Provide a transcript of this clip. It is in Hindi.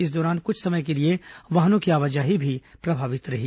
इस दौरान कुछ समय के लिए वाहनों की आवाजाही भी प्रभावित रही